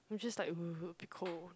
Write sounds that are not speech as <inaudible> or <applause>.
I'm just be like <noise> be cold